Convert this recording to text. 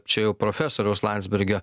čia jau profesoriaus landsbergio